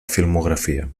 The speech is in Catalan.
filmografia